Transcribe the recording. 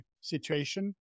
situation